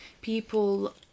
people